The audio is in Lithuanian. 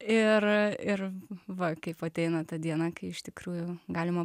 ir ir va kaip ateina ta diena kai iš tikrųjų galima